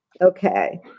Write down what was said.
okay